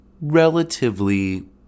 relatively